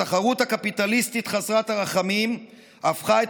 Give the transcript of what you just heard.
התחרות הקפיטליסטית חסרת הרחמים הפכה את